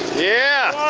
yeah.